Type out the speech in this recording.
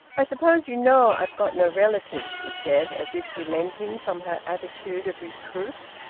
i suppose you know i've got no relatives, she said, as if relenting from her attitude of reproof.